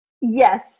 Yes